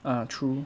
ah true